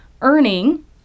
earning